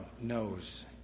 knows